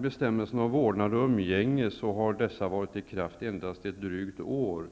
Bestämmelserna om vårdnad och umgänge har varit i kraft endast drygt ett år.